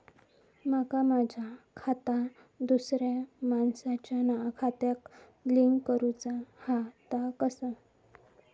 माका माझा खाता दुसऱ्या मानसाच्या खात्याक लिंक करूचा हा ता कसा?